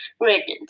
regions